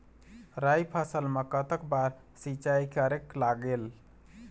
राई फसल मा कतक बार सिचाई करेक लागेल?